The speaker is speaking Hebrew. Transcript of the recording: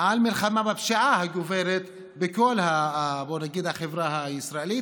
על מלחמה בפשיעה הגוברת בכל החברה הישראלית,